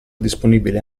disponibile